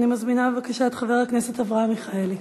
אני מזמינה את חבר הכנסת אברהם מיכאלי.